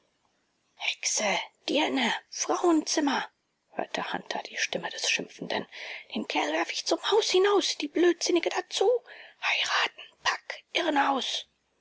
hexe dirne frauenzimmer hörte hunter die stimme des schimpfenden den kerl werfe ich zum haus hinaus die blödsinnige dazu heiraten pack irrenhaus